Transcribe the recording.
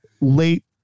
late